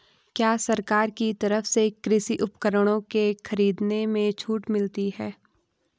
क्या सरकार की तरफ से कृषि उपकरणों के खरीदने में छूट मिलती है?